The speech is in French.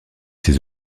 ses